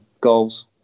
goals